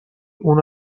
اون